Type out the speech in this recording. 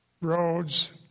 roads